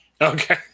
Okay